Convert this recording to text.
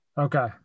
Okay